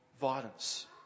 violence